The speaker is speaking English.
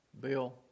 Bill